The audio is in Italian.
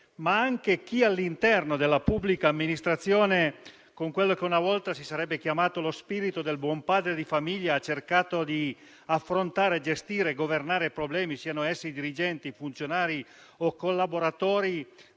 anche a chi all'interno della pubblica amministrazione, con quello che una volta si sarebbe chiamato lo spirito del buon padre di famiglia, ha cercato di affrontare, gestire e governare i problemi, siano essi dirigenti, funzionari o collaboratori